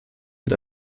und